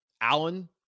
Allen